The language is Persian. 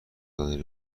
کودکانی